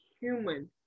human